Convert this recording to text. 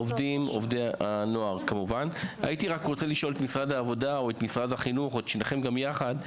אני רוצה לשאול את משרד העבודה או את משרד החינוך או את שניכם גם יחד,